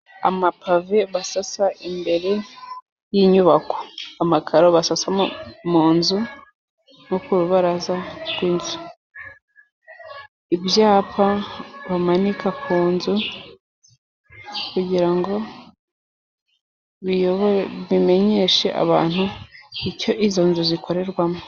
Amapave basasa imbere y'inyubako, amakaro basasa mu nzu no ku rubaraza rw'inzu, ibyapa bamanika ku nzu kugira ngo bimenyeshe abantu icyo izo nzu zikorerwamo.